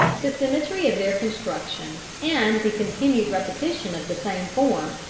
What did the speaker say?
the symmetry of their construction, and the continued repetition of the same form,